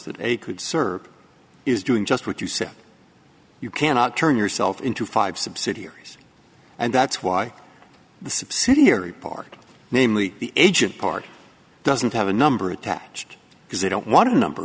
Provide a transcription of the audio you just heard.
they could serve is doing just what you said you cannot turn yourself into five subsidiaries and that's why the subsidiary part namely the agent part doesn't have a number attached because they don't want to number